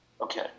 Okay